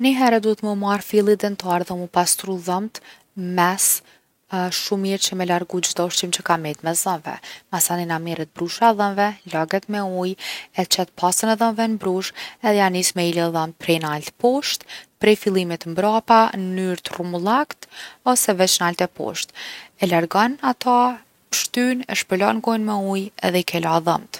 Nihere duhet me u marr filli dentar edhe m’u pastru dhomt n’mes shumë mirë që me largu çdo ushqim që ka met mes dhomve. Masanena merret brusha e dhomve, laget me ujë, e qet pastën e dhomve n’brushë edhe ja nis me i la dhomt prej nalt poshtë. Prej fillimit mbrapa n’mnyrë t’rrumullakt ose veq nalt e poshtë. E largon ata, pshtyn, e shpërlan gojen me ujë edhe i ke la dhomt.